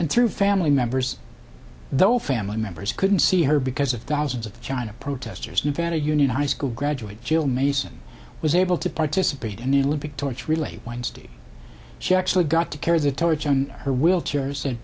and through family members though family members couldn't see her because of thousands of china protesters nevada union high school graduate jill mason was able to participate in the olympic torch relay wednesday she actually got to carry the torch on her w